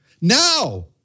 Now